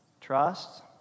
Trust